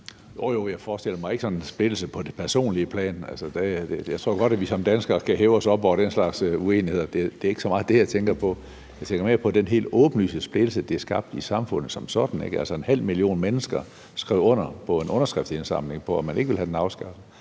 jo, men jeg forestiller mig ikke sådan splittelse på det personlige plan. Jeg tror godt, at vi som danskere kan hæve os op over den slags uenigheder. Det er ikke så meget det, jeg tænker på. Jeg tænker mere på den helt åbenlyse splittelse, det har skabt i samfundet som sådan: En halv million mennesker skriver under på en underskriftsindsamling om, at man ikke vil have den afskaffet;